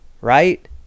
right